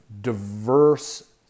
diverse